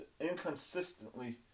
inconsistently